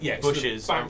bushes